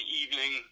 evening